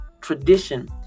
tradition